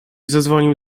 zadzwonił